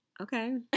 Okay